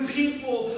people